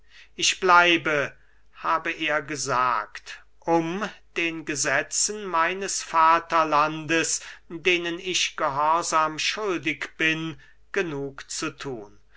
ich bleibe habe er gesagt um den gesetzen meines vaterlandes denen ich gehorsam schuldig bin genug zu thun